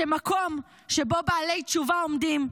שמקום שבו בעלי תשובה עומדים,